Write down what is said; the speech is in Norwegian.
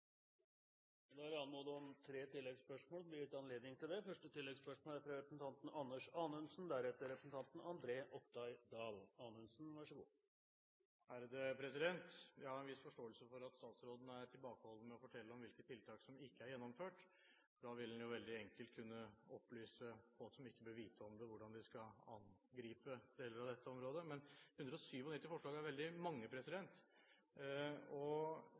om tre oppfølgingsspørsmål, og det blir anledning til det – først Anders Anundsen. Jeg har en viss forståelse for at statsråden er tilbakeholden med å fortelle om hvilke tiltak som ikke er gjennomført. Da ville en jo veldig enkelt kunne opplyse folk som ikke bør vite om det, hvordan de skal angripe deler av dette området. Men 197 er veldig mange forslag, og når vi nå er